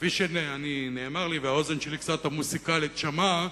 כפי שנאמר לי והאוזן המוזיקלית קצת שלי שמעה,